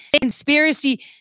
conspiracy